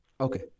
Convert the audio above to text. Okay